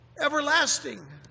everlasting